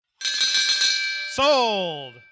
Sold